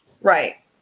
Right